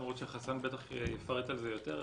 למרות שחסאן בטח יפרט על זה יותר.